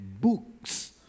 books